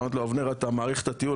אמרתי לו אבנר אתה מאריך את הטיול?